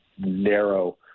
narrow